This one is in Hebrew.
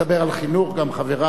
אדוני, אם אתה מדבר על חינוך, גם חברי,